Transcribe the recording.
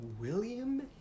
William